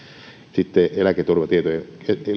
sitten eläketurvakeskuksen